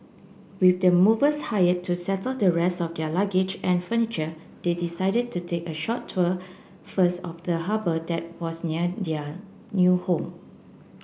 with the movers hire to settle the rest of their luggage and furniture they decided to take a short tour first of the harbour that was near their new home